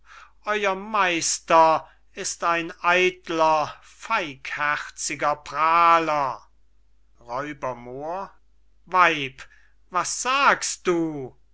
euer meister ist ein eitler feigherziger prahler r moor weib was sagst du